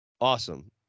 Awesome